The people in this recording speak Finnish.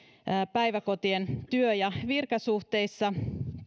päiväkotien työ ja virkasuhteissa